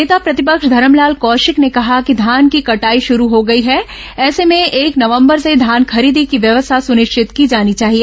नेता प्रतिपक्ष धरमलाल कौशिक ने कहा कि धान की कटाई शुरू हो गई है ऐसे में एक नवंबर से धान खरीदी की व्यवस्था सुनिश्चित की जानी चाहिए